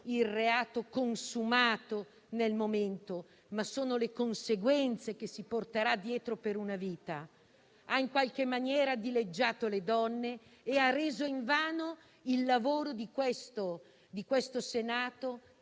il reato consumato al momento, ma ci sono le conseguenze che si porterà dietro per una vita. Ha in qualche maniera dileggiato le donne e reso vano il lavoro che il Senato